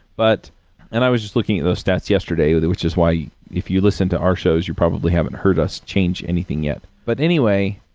but and i was just looking at those stats yesterday, which is why if you listen to our shows, you probably haven't heard just change anything yet. but, anyway,